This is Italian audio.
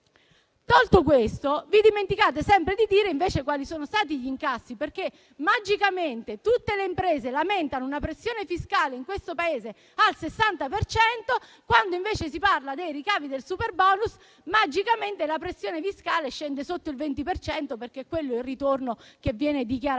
Tolto questo, vi dimenticate sempre di dire invece quali sono stati gli incassi. Tutte le imprese lamentano infatti una pressione fiscale in questo Paese al 60 per cento, ma quando si parla dei ricavi del superbonus magicamente la pressione fiscale scende sotto il 20 per cento, perché quello è il ritorno che viene dichiarato